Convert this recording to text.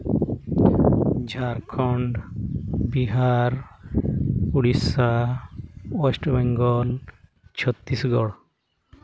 Jharkhand Bihar Odisha west Bengal Chhattisgarh